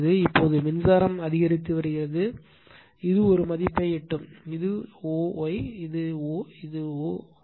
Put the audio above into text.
இப்போது மின்சாரம் அதிகரித்து வருகிறது இது ஒரு மதிப்பை எட்டும் இது o y இது o இது y o y